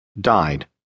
died